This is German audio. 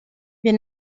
wir